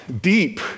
deep